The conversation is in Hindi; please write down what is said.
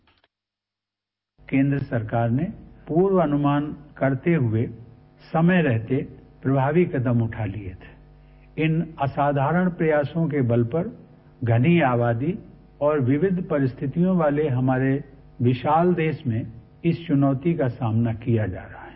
बाइट केन्द्र सरकार ने पूर्वानुमान करते हुए समय रहते प्रभावी कदम उठा लिये थे इन असाधारण प्रयासों के बल पर घनी आबादी और विविध परिस्थितियों वाले हमारे विशाल देश में इस चुनौती का सामना किया जा रहा है